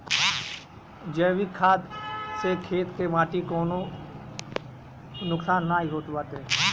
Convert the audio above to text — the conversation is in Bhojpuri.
जैविक खाद से खेत के माटी कअ कवनो नुकसान नाइ होत बाटे